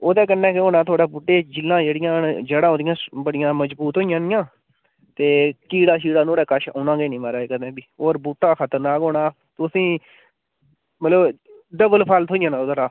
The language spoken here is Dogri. ओह्दे कन्नै केह् होना थुआढ़े बूह्टे दी जीह्लां जेह्ड़ियां जड़ां ओह्दियां बड़ियां मजबूत होई जानियां ते कीड़ा शीड़ा नुआढ़े कश औना गै निं माराज कदें बी और बूह्टा खतरनाक होना तुसें ई मतलब डबल फल थ्होई जाना ओह्दा रा